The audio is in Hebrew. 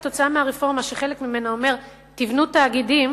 כתוצאה מהרפורמה שחלק ממנה אומר: תבנו תאגידים,